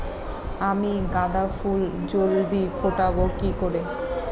আমি গাঁদা ফুল জলদি ফোটাবো কি করে?